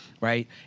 Right